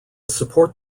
support